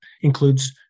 includes